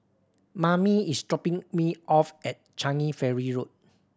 Mammie is dropping me off at Changi Ferry Road